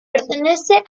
pertenece